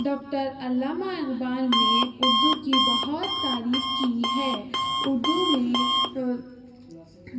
doctor Allama Iqbal نے اردو کی بہت تعریف کی ہے اردو میں